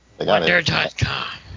Wonder.com